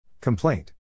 Complaint